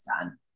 done